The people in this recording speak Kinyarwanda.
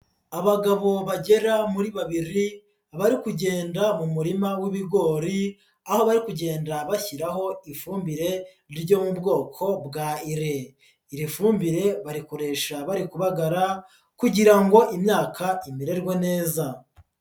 Abagabo bagera muri babiri, bari kugenda mu murima w'ibigori, aho bari kugenda bashyiraho ifumbire ryo mu bwoko bwa ire, iri fumbire barikoresha bari kubagara kugira ngo imyaka imererwe neza